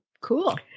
Cool